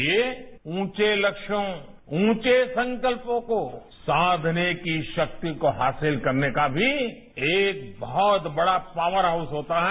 ये उंचे लक्यों उंचे संकल्यों को साधने की राक्ति को सांसल करने का भी एक बहुत बड़ा पावर हाउस होता है